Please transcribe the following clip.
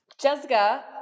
Jessica